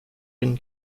been